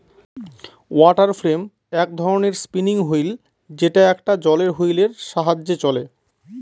water frame এক ধরনের spinning wheel যেটা একটা জলের হুইলের সাহায্যে চলে